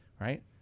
right